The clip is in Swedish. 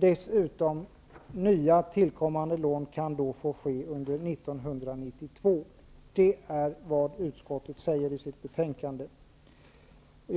Dessutom skall nya tillkommande lån kunna beviljas under 1992. Det är vad utskottet säger i sitt betänkande i dag.